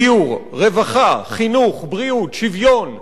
דיור, רווחה, חינוך, בריאות, שוויון,